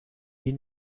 die